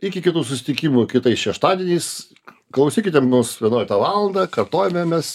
iki kitų susitikimų kitais šeštadieniais klausykite mus vienuoliktą valandą kartojome mes